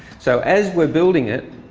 so as we're building it,